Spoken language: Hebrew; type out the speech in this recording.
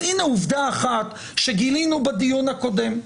אז הינה עובדה אחת שגילינו בדיון הקודם.